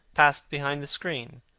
passed behind the screen.